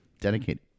dedicated